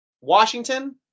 Washington